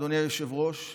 אדוני היושב-ראש,